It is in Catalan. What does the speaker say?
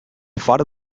fort